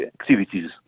activities